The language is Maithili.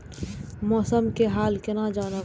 मौसम के हाल केना जानब?